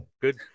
good